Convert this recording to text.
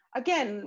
again